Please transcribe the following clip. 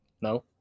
No